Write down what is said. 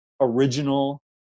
original